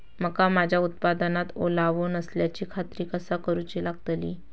मका माझ्या उत्पादनात ओलावो नसल्याची खात्री कसा करुची लागतली?